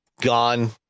gone